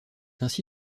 ainsi